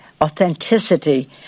authenticity